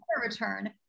return